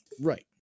right